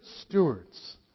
stewards